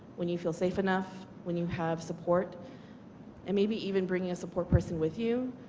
when you feel safe enough, when you have support and maybe even bringing a support person with you,